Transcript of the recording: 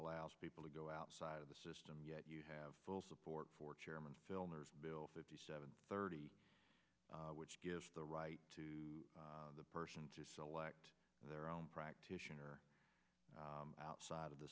allows people to go outside of the system yet you have full support for chairman filner bill fifty seven thirty which gives the right to the person to select their own practitioner outside of the